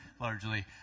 largely